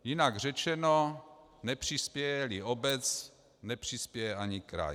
Jinak řečeno, nepřispějeli obec, nepřispěje ani kraj.